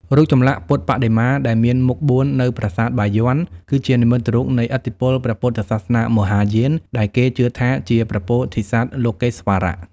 រូបចម្លាក់ពុទ្ធបដិមាដែលមានមុខបួននៅប្រាសាទបាយ័ន គឺជានិមិត្តរូបនៃឥទ្ធិពលព្រះពុទ្ធសាសនាមហាយាន ដែលគេជឿថាជាព្រះពោធិសត្វលោកេស្វរៈ។